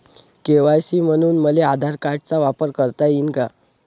KYC म्हनून मले आधार कार्डाचा वापर करता येईन का?